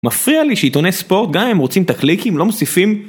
מפריע לי שעיתוני ספורט גם אם הם רוצים ת׳קליקים אם לא מוסיפים.